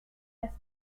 less